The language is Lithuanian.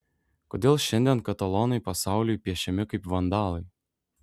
kodėl šiandien katalonai pasauliui piešiami kaip vandalai